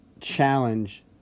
challenge